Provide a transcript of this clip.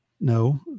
no